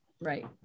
Right